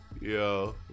yo